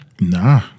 Nah